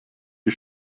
die